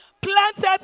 planted